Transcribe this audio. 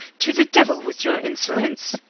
to the devil with your insolence!